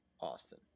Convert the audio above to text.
Austin